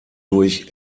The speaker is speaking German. durch